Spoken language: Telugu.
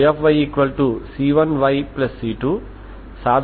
సరే కాబట్టి మీకు కొంత శ్రేష్టమైన సమీకరణం ఉంటే అది సంతృప్తికరంగా ఉంటుంది